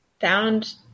found